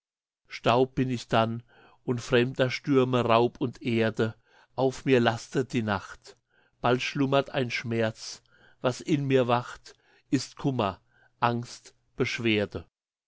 staub bin ich dann und fremder stürme raub und erde auf mir lastet die nacht bald schlummert ein schmerz was in mir wacht ist kummer angst beschwerde